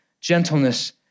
gentleness